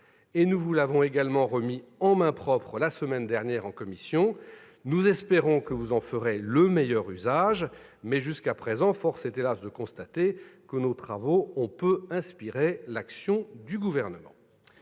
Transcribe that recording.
nous vous avons également remis en main propre ce document la semaine dernière en commission. Nous espérons que vous en ferez le meilleur usage possible, mais jusqu'à présent force est hélas de constater que nos travaux ont peu inspiré l'action du Gouvernement